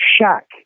shack